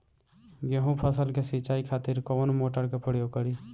गेहूं फसल के सिंचाई खातिर कवना मोटर के प्रयोग करी?